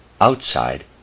outside